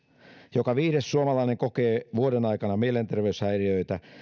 joka viides suomalainen kokee vuoden aikana mielenterveyshäiriöitä